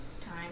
time